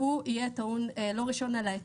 הוא יהיה טעון היתר.